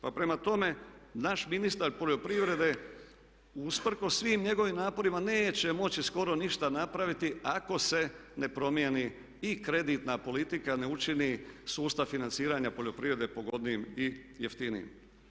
Prema tome, naš ministar poljoprivrede usprkos svim njegovim naporima neće moći skoro ništa napraviti ako se ne promijeni i kreditna politika ne učini sustav financiranja poljoprivrede pogodnijim i jeftinijim.